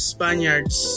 Spaniards